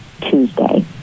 Tuesday